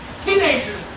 Teenagers